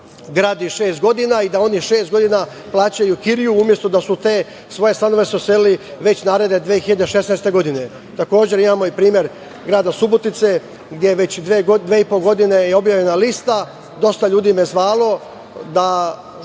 gradi šest godina i da oni šest godina plaćaju kiriju, umesto da su se u te svoje stanove uselili, već naredne 2016. godine. Imamo i primer grada Subotice, gde već dve i po godine je objavljena lista, dosta ljudi me je zvalo,